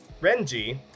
Renji